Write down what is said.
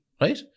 right